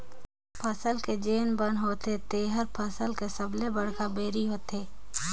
फसल के जेन बन होथे तेहर फसल के सबले बड़खा बैरी होथे